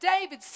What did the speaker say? David